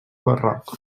barroc